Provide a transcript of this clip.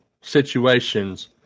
situations